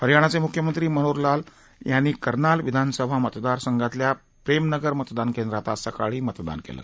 हरियाणाचे मुख्यमंत्री मनोहर लाल यांनी करनाल विधानसभा मतदार संघातल्या प्रेमनगर मतदान केंद्रात आज सकाळी मतदान केलं